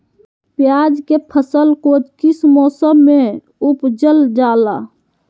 प्याज के फसल को किस मौसम में उपजल जाला?